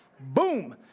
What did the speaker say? Boom